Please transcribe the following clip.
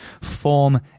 form